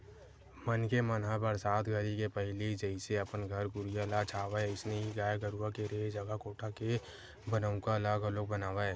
मनखे मन ह बरसात घरी के पहिली जइसे अपन घर कुरिया ल छावय अइसने ही गाय गरूवा के रेहे जघा कोठा के बनउका ल घलोक बनावय